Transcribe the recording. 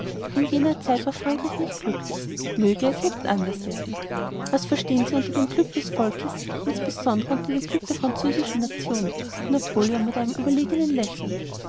in jener zeit war frankreich nicht glücklich möge es jetzt anders werden was verstehen sie unter dem glück eines volkes in's besondere unter dem glück der französischen nation frug napoleon mit einem überlegenen lächeln